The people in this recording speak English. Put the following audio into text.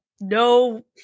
no